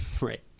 Right